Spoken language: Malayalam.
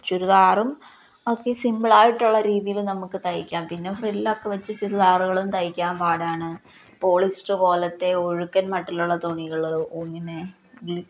ചുരിദാറും ഒക്കെ സിമ്പിളായിട്ടുള്ള രീതിയില് നമുക്കു തയ്ക്കാം പിന്നെ ഫ്രില്ലൊക്കെ വച്ച് ചുരിദാറുകളും തയ്ക്കാൻ പാടാണ് പോളിസ്റ്റർ പോലത്തെ ഒഴുക്കൻ മറ്റിലുള്ള തുണികള് ഇങ്ങിനെ